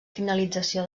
finalització